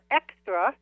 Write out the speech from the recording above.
extra